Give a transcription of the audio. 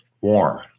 warm